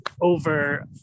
over